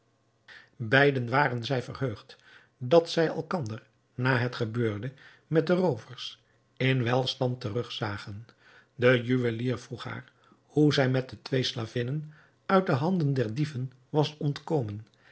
beiden waren zij verheugd dat zij elkander na het gebeurde met de roovers in welstand terugzagen de juwelier vroeg haar hoe zij met de twee slavinnen uit de handen der dieven was ontkomen